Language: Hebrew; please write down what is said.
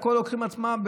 הכול לוקחים על עצמם,